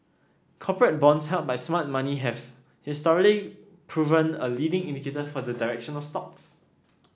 corporate bonds held by smart money have historically proven a leading indicator for the direction of stocks